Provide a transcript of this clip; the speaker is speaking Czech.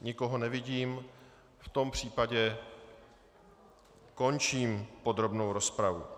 Nikoho nevidím, v tom případě končím podrobnou rozpravu.